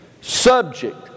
subject